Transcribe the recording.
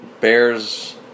Bears